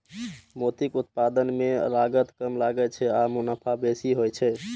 मोतीक उत्पादन मे लागत कम लागै छै आ मुनाफा बेसी होइ छै